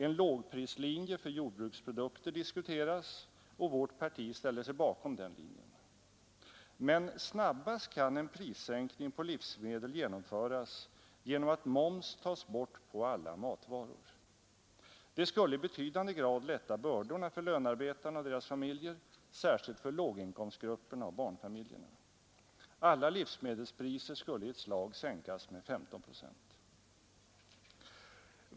En lågprislinje för jordbruksprodukter diskuteras, och vårt parti ställer sig bakom den linjen. Men snabbast kan en prissänkning på livsmedel genomföras om momsen tas bort på alla matvaror. Det skulle i betydande grad lätta bördorna för lönearbetarna och dessas familjer, särskilt för låginkomstgrupperna och barnfamiljerna. Alla livsmedelspriser skulle i ett slag sänkas med 15 procent.